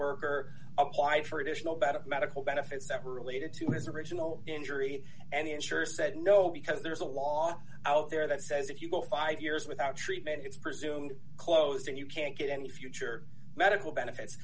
worker applied for additional better medical benefits that were related to his original injury and ensure said no because there's a law out there that says if you go five years without treatment it's presumed closed and you can't get any future medical benefits